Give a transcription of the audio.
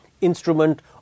instrument